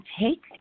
take